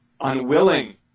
unwilling